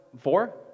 Four